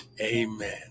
amen